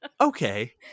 okay